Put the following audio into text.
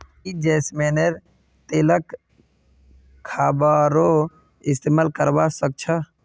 की जैस्मिनेर तेलक खाबारो इस्तमाल करवा सख छ